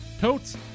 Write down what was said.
totes